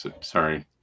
sorry